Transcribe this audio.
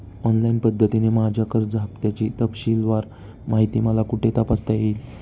Online पद्धतीने माझ्या कर्ज हफ्त्याची तपशीलवार माहिती मला कुठे तपासता येईल?